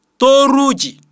toruji